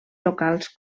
locals